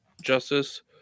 Justice